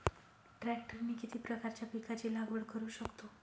ट्रॅक्टरने किती प्रकारच्या पिकाची लागवड करु शकतो?